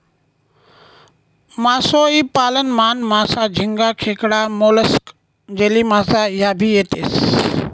मासोई पालन मान, मासा, झिंगा, खेकडा, मोलस्क, जेलीमासा ह्या भी येतेस